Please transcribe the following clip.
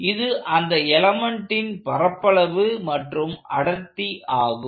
இது அந்த எலமெண்ட்டின் பரப்பளவு மற்றும் அடர்த்தி ஆகும்